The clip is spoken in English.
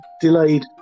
delayed